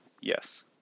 Yes